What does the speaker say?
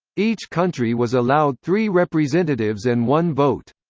each country was allowed three representatives and one vote.